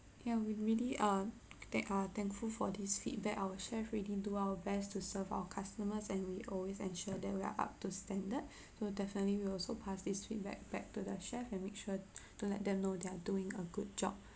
ya we really uh thank uh thankful for this feedback our chef really do our best to serve our customers and we always ensure that we are up to standard will definitely will also pass this feedback back to the chef and make sure to let them know they're doing a good job